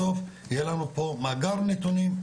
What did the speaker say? בסוף יהיה לנו פה מאגר נתונים,